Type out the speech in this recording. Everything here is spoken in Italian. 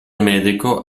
medico